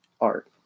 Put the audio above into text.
art